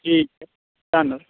ਠੀਕ ਹੈ ਧੰਨ